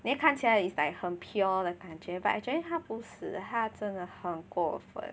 then 看起来 is like 很 pure 的感觉 but actually 她不是她真的很过分